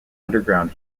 underground